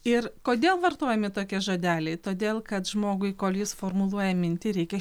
ir kodėl vartojami tokie žodeliai todėl kad žmogui kol jis formuluoja mintį reikia